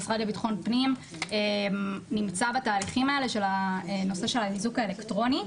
המשרד לביטחון פנים נמצא בתהליכים האלה של הנושא של האיזוק האלקטרוני,